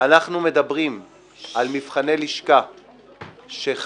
אנחנו מדברים על מבחני לשכה שחלו